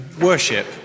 worship